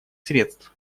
средств